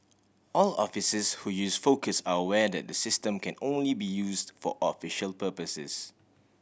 all officers who use Focus are aware that the system can only be used for official purposes